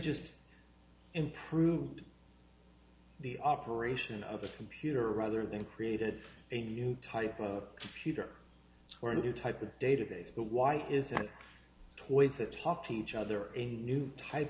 just improved the operation of a computer rather than created a new type of computer or a new type of database but why isn't toys to talk to each other a new type